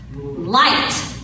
light